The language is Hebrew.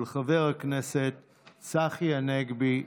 של חבר הכנסת צחי הנגבי.